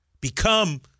Become